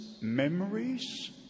memories